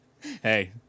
Hey